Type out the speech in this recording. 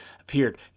appeared